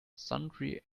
sundry